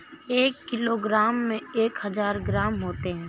एक किलोग्राम में एक हजार ग्राम होते हैं